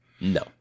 No